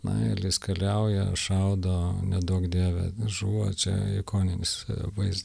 na ir jis kariauja šaudo neduok dieve žuvo čia ikoninis vaiz